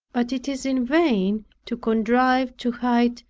but it is in vain to contrive to hide,